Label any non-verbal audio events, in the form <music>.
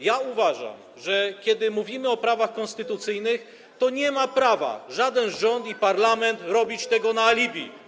Ja uważam, że kiedy mówimy o prawach konstytucyjnych, <noise> to nie ma prawa żaden rząd ani parlament robić tego dla alibi.